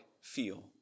feel